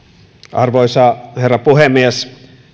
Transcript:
arvoisa herra puhemies